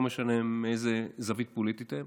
לא משנה מאיזו זווית פוליטית הם.